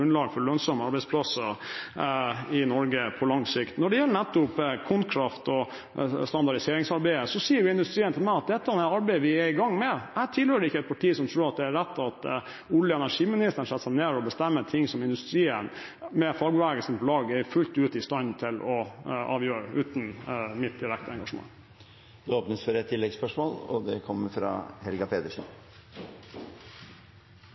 gjelder nettopp KonKraft og standardiseringsarbeidet, sier industrien til meg at dette er arbeid de er i gang med. Jeg tilhører ikke et parti som tror at det er rett at olje- og energiministeren setter seg ned og bestemmer ting som industrien, med fagbevegelsen på lag, fullt ut er i stand til å avgjøre – uten mitt direkte engasjement. Det åpnes for oppfølgingsspørsmål – først Helga Pedersen. Det